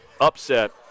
upset